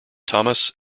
thomas